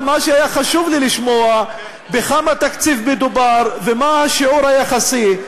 אבל מה שהיה חשוב לי לשמוע זה בכמה תקציב מדובר ומה השיעור היחסי.